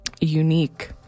unique